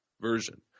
version